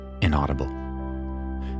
inaudible